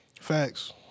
Facts